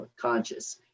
conscious